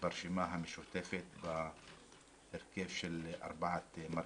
ברשימה המשותפת בהרכב של ארבעת מרכיביה.